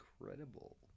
incredible